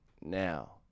now